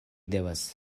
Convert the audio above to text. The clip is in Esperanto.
devas